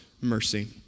mercy